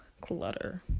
clutter